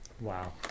Wow